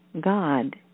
God